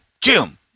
Jim